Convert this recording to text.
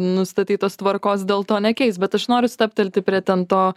nustatytos tvarkos dėl to nekeis bet aš noriu stabtelti prie ten to